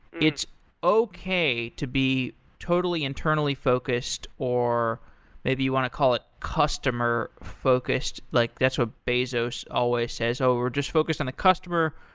it's okay to be totally internally focused, or maybe you want to call it customer focused. like that's what bezos always says, oh, we're just focused on the customer.